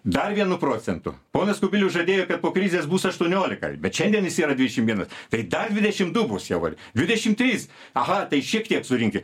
dar vienu procentu ponas kubilius žadėjo kad po krizės bus aštuoniolika bet šiandien jis yra dvidešimt vienas tai dar dvidešimt du bus jau dvidešimt trys aha tai šiek tiek surinki